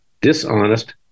dishonest